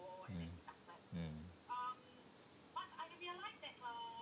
mm mm